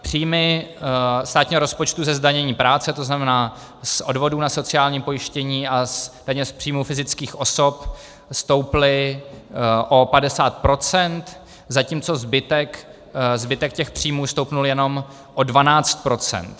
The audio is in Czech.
Příjmy státního rozpočtu ze zdanění práce, to znamená z odvodů na sociální pojištění a z peněz z příjmů fyzických osob, stouply o 50 %, zatímco zbytek těch příjmů stoupl jenom o 12 %.